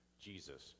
Jesus